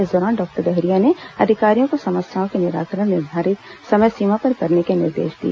इस दौरान डॉक्टर डहरिया ने अधिकारियों को समस्याओं के निराकरण निर्धारित समय सीमा में करने के निर्देश दिए